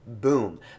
boom